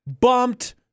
bumped